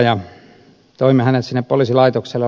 toimme hänet poliisilaitokselle